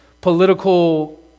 political